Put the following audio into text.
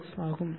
76x ஆகும்